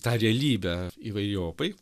tą realybę įvairiopai